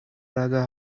rather